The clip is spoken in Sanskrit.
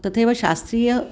तथैव शास्त्रीयम्